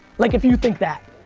like if you think that,